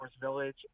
Village